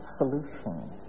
solutions